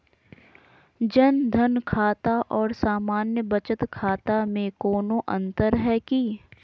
जन धन खाता और सामान्य बचत खाता में कोनो अंतर है की?